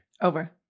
Over